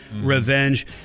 revenge